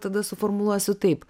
tada suformuluosiu taip